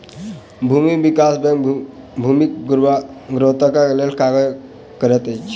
भूमि विकास बैंक भूमिक गुणवत्ताक लेल काज करैत अछि